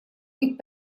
быть